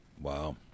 wow